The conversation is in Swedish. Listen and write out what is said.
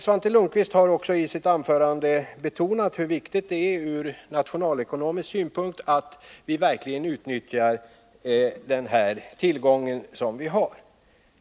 Svante Lundkvist har i sitt anförande också betonat hur viktigt det är ur nationalekonomisk synpunkt att vi verkligen utnyttjar den här tillgången.